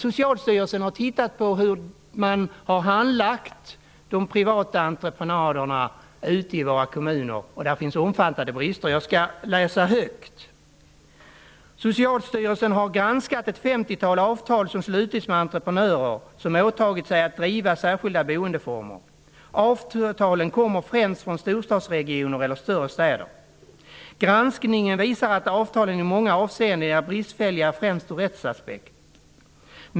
Socialstyrelsen har tittat på hur man har handlagt de privata entreprenaderna ute i våra kommuner. Där finns omfattande brister. Jag skall läsa högt: ''Socialstyrelsen har granskat ett 50-tal avtal som slutits med entreprenör som åtagit sig att driva särskilda boendeformer. Avtalen kommer främst från storstadsregioner eller större städer. Granskningen visar att avtalen i många avseenden är bristfälliga främst ur rättssäkerhetsaspekten.